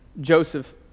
Joseph